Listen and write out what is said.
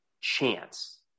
chance